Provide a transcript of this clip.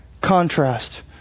contrast